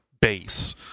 base